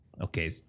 Okay